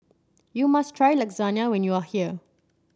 you must try Lasagna when you are here